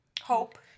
Hope